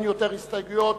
הכנסת חנא סוייד,